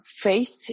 faith